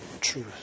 truth